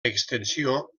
extensió